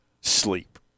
sleep